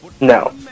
No